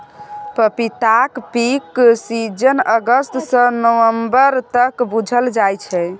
पपीताक peak season अगस्त सँ नबंबर तक बुझल जाइ छै